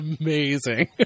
amazing